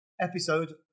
episode